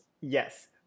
Yes